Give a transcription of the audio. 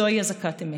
זוהי אזעקת אמת.